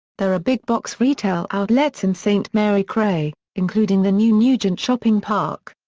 there are big box retail outlets in st. mary cray, including the new nugent shopping park.